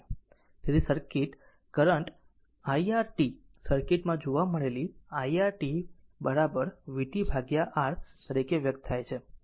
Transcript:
તેથી current ir t circuit માં જોવા મળેલી ir t vt R તરીકે વ્યક્ત કરી શકાય છે